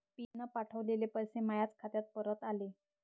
मीन पावठवलेले पैसे मायाच खात्यात परत आले